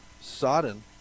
Sodden